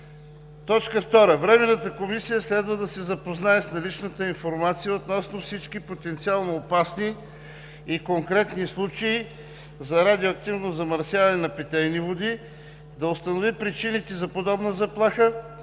2. Временната комисия следва да се запознае с наличната информация относно всички потенциално опасни и конкретни случаи на радиоактивно замърсяване на питейни води, да установи причините за подобна заплаха,